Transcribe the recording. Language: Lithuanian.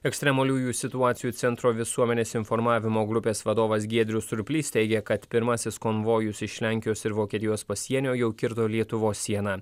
ekstremaliųjų situacijų centro visuomenės informavimo grupės vadovas giedrius surplys teigė kad pirmasis konvojus iš lenkijos ir vokietijos pasienio jau kirto lietuvos sieną